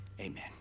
Amen